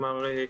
כלומר,